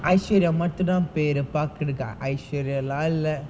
aishwarya மட்டுதா பேரு பாக்குறக்கு ஐஸ்வர்யம் எல்லா இல்ல:mattuthaa peru paakkurakku aisvaryam ellaa illa